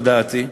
לדעתי,